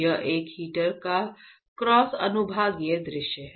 यह एक हीटर का क्रॉस अनुभागीय दृश्य है